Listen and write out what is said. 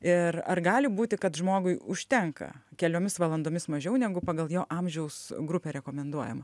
ir ar gali būti kad žmogui užtenka keliomis valandomis mažiau negu pagal jo amžiaus grupę rekomenduojama